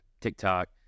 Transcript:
TikTok